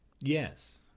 Yes